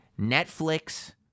Netflix